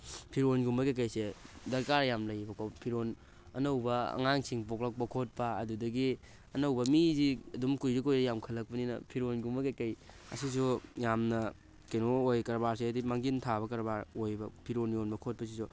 ꯐꯤꯔꯣꯜꯒꯨꯝꯕ ꯀꯩꯀꯩꯁꯦ ꯗꯔꯀꯥꯔ ꯌꯥꯝ ꯂꯩꯌꯦꯕꯀꯣ ꯐꯤꯔꯣꯜ ꯑꯅꯧꯕ ꯑꯉꯥꯡꯁꯤꯡ ꯄꯣꯛꯂꯛꯄ ꯈꯣꯠꯄ ꯑꯗꯨꯗꯒꯤ ꯑꯅꯧꯕ ꯃꯤꯁꯦ ꯑꯗꯨꯝ ꯀꯨꯏꯔ ꯀꯨꯏꯔ ꯌꯥꯝꯈꯠꯂꯛꯄꯅꯤꯅ ꯐꯤꯔꯣꯜꯒꯨꯝꯕ ꯀꯩꯀꯩ ꯑꯁꯤꯁꯨ ꯌꯥꯝꯅ ꯀꯩꯅꯣ ꯑꯣꯏ ꯀꯔꯕꯥꯔꯁꯦ ꯍꯥꯏꯗꯤ ꯃꯥꯡꯖꯤꯟ ꯊꯥꯕ ꯀꯔꯕꯥꯔ ꯑꯣꯏꯌꯦꯕ ꯐꯤꯔꯣꯜ ꯌꯣꯟꯕ ꯈꯣꯠꯄꯁꯤꯁꯨ